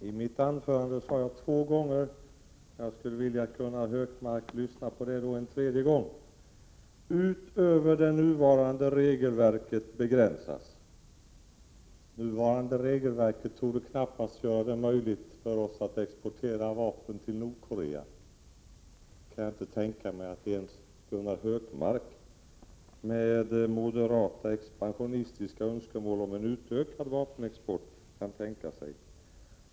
I mitt anförande sade jag två gånger, och jag vill att Gunnar Hökmark lyssnar på det en tredje gång: Nuvarande regelverk torde knappast göra det möjligt för oss att exportera vapen till Nordkorea; det kan jag inte tänka mig att ens Gunnar Hökmark med sina moderata expansionistiska önskemål om en utökad vapenexport kan tänka sig.